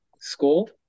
school